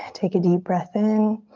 take a deep breath in.